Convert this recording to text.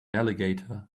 alligator